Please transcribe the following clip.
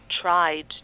tried